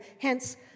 hence